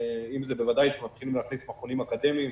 בוודאי כשמתחילים להכניס מכונים אקדמיים,